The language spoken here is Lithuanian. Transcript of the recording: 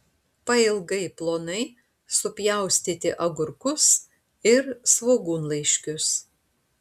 pailgai plonai supjaustyti agurkus ir svogūnlaiškius